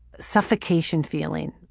suffocation feeling.